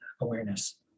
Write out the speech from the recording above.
awareness